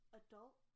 adult